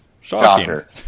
shocker